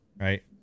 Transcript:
right